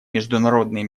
международные